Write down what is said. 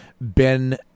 Ben